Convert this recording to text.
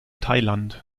thailand